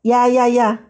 ya ya ya